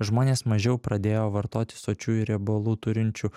žmonės mažiau pradėjo vartot sočiųjų riebalų turinčių